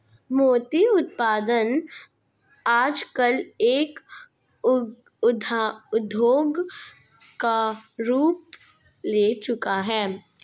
मोती उत्पादन आजकल एक उद्योग का रूप ले चूका है